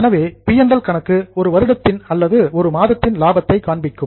எனவே பி மற்றும் ல் கணக்கு ஒரு வருடத்தின் அல்லது ஒரு மாதத்தின் லாபத்தை காண்பிக்கும்